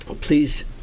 Please